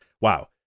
wow